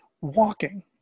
walking